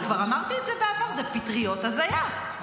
כבר אמרתי את זה בעבר: זה פטריות הזיה.